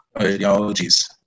ideologies